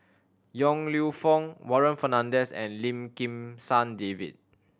Yong Lew Foong Warren Fernandez and Lim Kim San David